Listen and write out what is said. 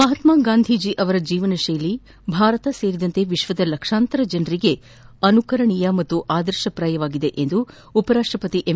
ಮಹಾತ್ಮಾಗಾಂಧೀಜಿ ಅವರ ಜೀವನ ಶೈಲಿಯು ಭಾರತ ಸೇರಿದಂತೆ ವಿಶ್ವದ ಲಕ್ಷಾಂತರ ಜನರಿಗೆ ಅನುಕರಣೆಯ ಆದರ್ಶವಾಗಿದೆ ಎಂದು ಉಪರಾಷ್ಟಪತಿ ಎಂ